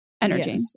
energy